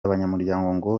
abanyamuryango